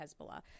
Hezbollah